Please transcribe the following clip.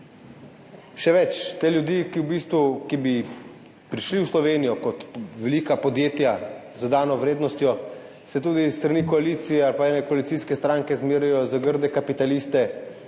Še več, te ljudi, ki bi prišli v Slovenijo kot velika podjetja z dodano vrednostjo, se tudi s strani koalicije ali ene koalicijske stranke zmerja za grde kapitaliste,